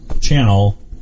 channel